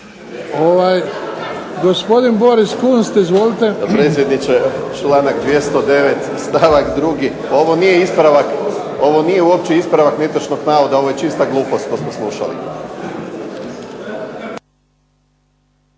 ovo nije ispravak netočnog navoda, ovo je čista glupost što smo slušali.